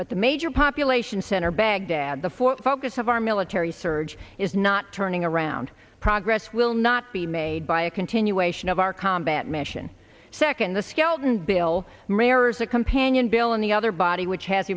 but the major population center baghdad the four focus of our military surge is not turning around progress will not be made by a continuation of our combat mission second the skelton bill moyers a companion bill in the other body which has